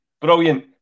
brilliant